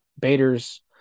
Bader's